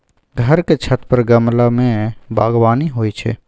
घर के छत पर गमला मे बगबानी होइ छै